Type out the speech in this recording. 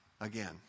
again